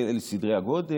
אלה סדרי הגודל.